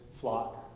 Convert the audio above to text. flock